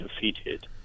defeated